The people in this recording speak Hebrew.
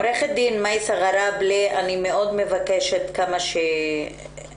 עו"ד מייסא גראבלי, אני מבקשת שתנסי